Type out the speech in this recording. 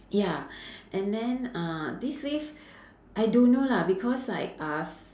ya and then uh this lift I don't know lah because like us